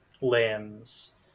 limbs